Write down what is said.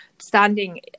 standing